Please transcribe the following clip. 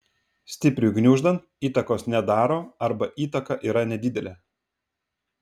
stipriui gniuždant įtakos nedaro arba įtaka yra nedidelė